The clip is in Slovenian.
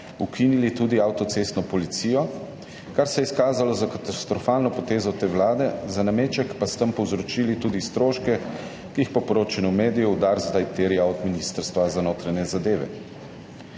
ukinili tudi avtocestno policijo, kar se je izkazalo za katastrofalno potezo te vlade, za nameček pa s tem povzročili tudi stroške, ki jih po poročanju medijev Dars zdaj terja od Ministrstva za notranje zadeve.